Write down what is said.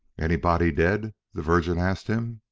anybody dead? the virgin asked him.